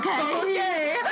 okay